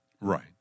Right